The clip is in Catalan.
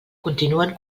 continuen